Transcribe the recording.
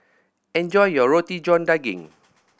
enjoy your Roti John Daging